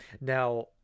now